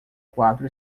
quatro